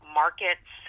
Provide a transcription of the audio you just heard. markets